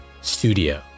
studio